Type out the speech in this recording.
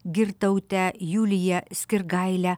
girtautę juliją skirgailę